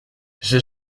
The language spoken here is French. j’ai